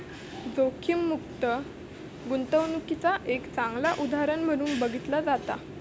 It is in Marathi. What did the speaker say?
जोखीममुक्त गुंतवणूकीचा एक चांगला उदाहरण म्हणून बघितला जाता